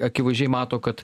akivaizdžiai mato kad